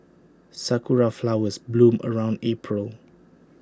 Sakura Flowers bloom around April